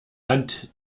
hand